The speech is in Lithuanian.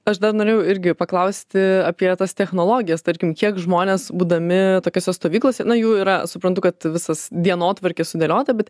aš dar norėjau irgi paklausti apie tas technologijas tarkim kiek žmonės būdami tokiose stovyklose na jų yra suprantu kad visas dienotvarkė sudėliota bet